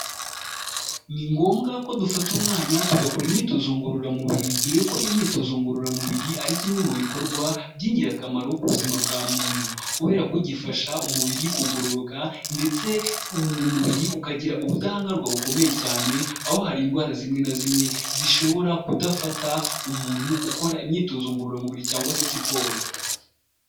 Ni ngombwa ko dufata umwanya tugakora imyitozo ngororamubiri. Dore ko imyitozo ngororamubiri ari kimwe mu bikorwa by'ingirakamaro ku buzima bwa muntu. Kubera ko gifasha umubiri kugororoka ndetse mu mubiri ukagira ubudahangarwa bukomeye cyane, aho hari indwara zimwe na zimwe zishobora kudafata umuntu ukora imyitozo ngororamubiri cyangwa se siporo.